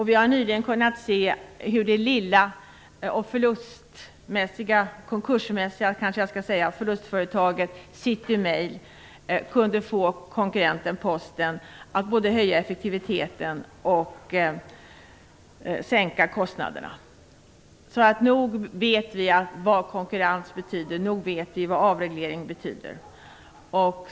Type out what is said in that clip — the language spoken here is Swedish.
Vi har nyligen kunnat se hur det lilla konkursmässiga förlustföretaget Citymail kunde få konkurrenten Posten att både höja effektiviteten och sänka kostnaderna. Nog vet vi vad konkurrens och avreglering betyder.